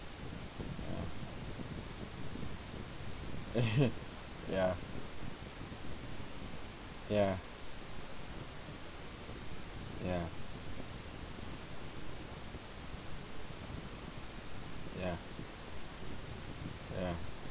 ya ya ya ya ya